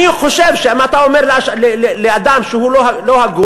אני חושב שאם אתה אומר לאדם שהוא לא הגון,